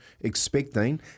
expecting